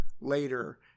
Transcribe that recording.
later